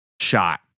shot